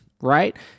right